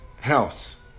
house